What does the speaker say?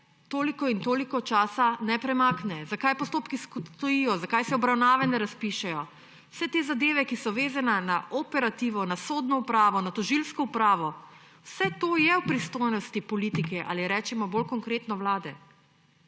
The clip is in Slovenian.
toliko in toliko časa ne premakne, zakaj postopki stojijo, zakaj se obravnave ne razpišejo. Vse te zadeve, ki so vezane na operativo, na sodno upravo, na tožilsko upravo, vse to je v pristojnosti politike ali rečemo bolj konkretno vlade.